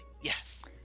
yes